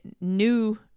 new